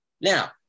now